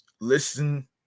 listen